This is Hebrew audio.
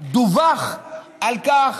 דווח על כך